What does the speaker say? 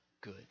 good